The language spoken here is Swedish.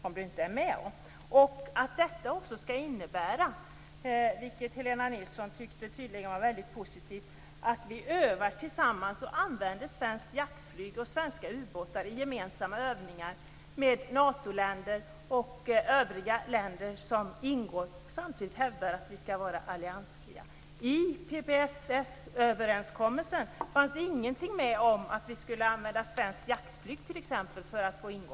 Helena Nilsson tyckte tydligen att det var väldigt positivt att det också innebär att vi övar tillsammans och använder svenskt jaktflyg och svenska ubåtar i gemensamma övningar med Natoländer och övriga länder som ingår. Samtidigt skall vi hävda att vi skall vara alliansfria. I PFF-överenskommelsen fanns ingenting med om att vi t.ex. skulle använda svenskt jaktflyg för att få ingå.